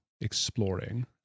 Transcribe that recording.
exploring